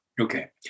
Okay